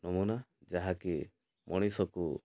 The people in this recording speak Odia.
ନମୁନା ଯାହାକି ମଣିଷକୁ